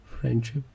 friendship